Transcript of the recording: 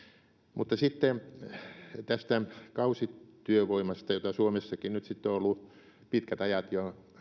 mutta sitten tästä kausityövoimasta jota suomessakin on ollut jo pitkät ajat